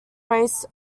race